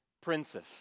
princess